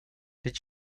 did